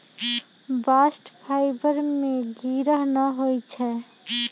bast fibre में गिरह न होई छै